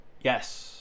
yes